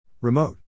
Remote